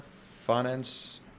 Finance